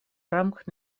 рамках